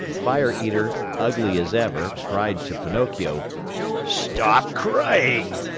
fire eater, ugly as ever, cried to pinocchio stop crying!